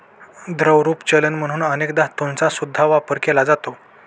द्रवरूप चलन म्हणून अनेक धातूंचा सुद्धा वापर केला जातो